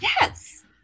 Yes